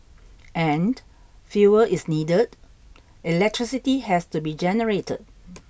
and fuel is needed electricity has to be generated